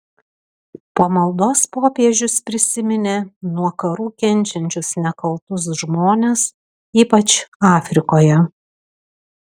po maldos popiežius prisiminė nuo karų kenčiančius nekaltus žmones ypač afrikoje